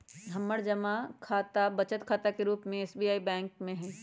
हमर जमा खता बचत खता के रूप में एस.बी.आई बैंक में हइ